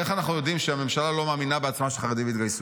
איך אנחנו יודעים שהממשלה לא מאמינה בעצמה שחרדים יתגייסו?